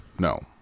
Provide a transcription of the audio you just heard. no